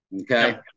okay